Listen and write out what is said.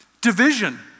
Division